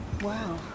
Wow